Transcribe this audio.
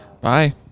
Bye